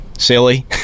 Silly